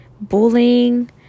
bullying